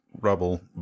rubble